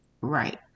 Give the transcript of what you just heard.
right